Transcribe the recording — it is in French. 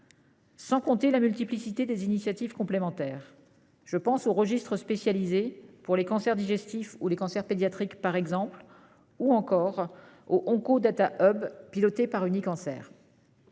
sans compter la multiplicité des initiatives complémentaires. Je pense aux registres spécialisés, pour les cancers digestifs ou les cancers pédiatriques, par exemple, ou encore à l'Onco Data Hub, piloté par Unicancer.